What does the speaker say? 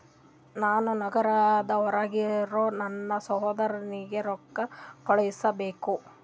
ನಾನು ನಗರದ ಹೊರಗಿರೋ ನನ್ನ ಸಹೋದರನಿಗೆ ರೊಕ್ಕ ಕಳುಹಿಸಬೇಕು